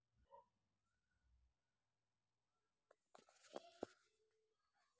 రుణాన్ని సిండికేట్ చేయడం వలన రుణదాతలు రిస్క్ను వ్యాప్తి చేయడానికి అవకాశం కల్గుతుంది